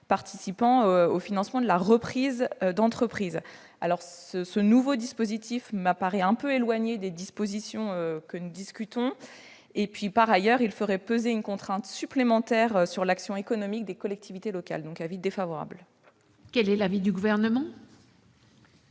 participant au financement de la reprise d'entreprises. Ce nouveau dispositif m'apparaît quelque peu éloigné des dispositions dont nous discutons ; par ailleurs, il ferait peser une contrainte supplémentaire sur l'action économique des collectivités locales. La commission émet donc un avis défavorable. Quel est l'avis du Gouvernement ?